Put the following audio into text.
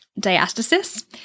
diastasis